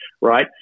right